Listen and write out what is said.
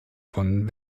von